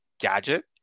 gadget